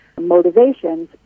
motivations